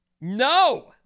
No